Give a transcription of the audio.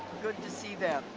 good to see them.